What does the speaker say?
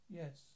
yes